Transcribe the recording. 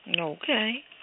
Okay